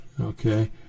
okay